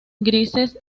grises